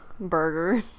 burger